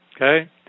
Okay